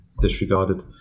disregarded